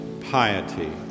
piety